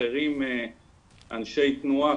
אחרים אנשי תנועה,